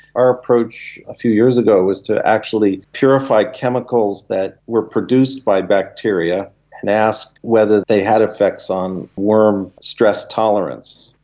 our approach a few years ago was to actually purify chemicals that were produced by bacteria and ask whether they had effects on worm stress tolerance.